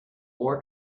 war